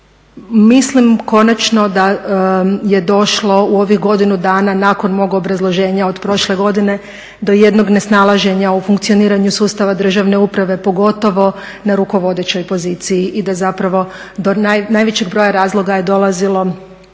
Mislim konačno da je došlo u ovih godinu dana nakon mog obrazloženja od prošle godine do jednog nesnalaženja u funkcioniranju sustava državne uprave pogotovo na rukovodećoj poziciji i da zapravo do najvećeg broja razloga je dolazilo